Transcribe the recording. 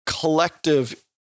collective